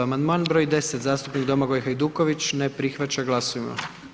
Amandman br. 10, zastupnik Domagoj Hajduković, ne prihvaća, glasujmo.